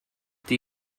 die